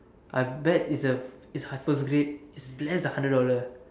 I bet it's a it's first grade it's less than hundred dollar